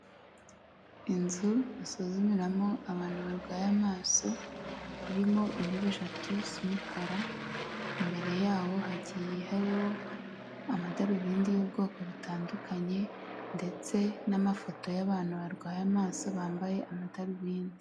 Inzu basuzumiramo abantu barwaye amaso irimo intebe eshatu zumukara, imbere yaho hagiye hariho amadarubindi y'ubwoko butandukanye ndetse n'amafoto y'abantu barwaye amaso bambaye amadarubindi.